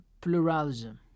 pluralism